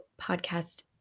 podcast